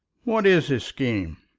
what is his scheme?